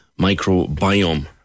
Microbiome